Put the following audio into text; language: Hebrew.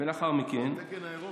התקן האירופי,